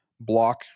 block